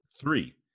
three